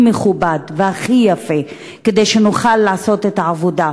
מכובד והכי יפה כדי שנוכל לעשות את העבודה.